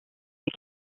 des